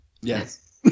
Yes